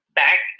back